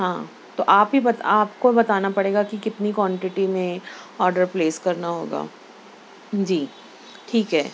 ہاں تو آپ ہی آپ کو بتانا پڑے گا کہ کتنی کانٹییٹی میں آڈر پلیس کرنا ہوگا جی ٹھیک ہے